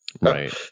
Right